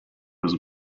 was